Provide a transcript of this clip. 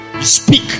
Speak